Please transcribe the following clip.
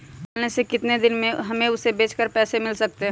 मुर्गी पालने से कितने दिन में हमें उसे बेचकर पैसे मिल सकते हैं?